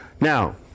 now